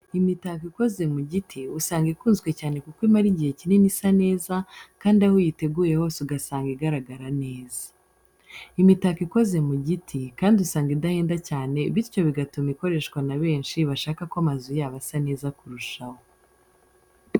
Imitako ikoze mu giti usanga ikunzwe cyane kuko imara igihe kinini isa neza, kandi aho uyiteguye hose usanga igaragara neza. Imitako ikoze mu giti kandi usanga idahenda cyane, bityo bigatuma ikoreshwa na benshi bashaka ko amazu yabo asa neza kurushaho.